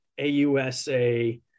AUSA